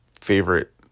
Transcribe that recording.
favorite